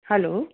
hello